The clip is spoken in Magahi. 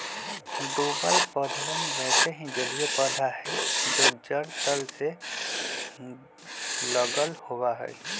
डूबल पौधवन वैसे ही जलिय पौधा हई जो जड़ तल से लगल होवा हई